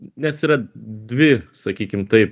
nes yra dvi sakykim taip